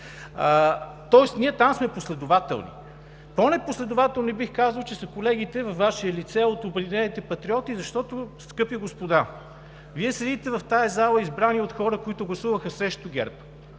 Тоест ние там сме последователни. По-непоследователни бих казал, че са колегите във Ваше лице от „Обединените патриоти“, защото, скъпи господа, Вие седите в тази зала, избрани от хора, които гласуваха срещу ГЕРБ.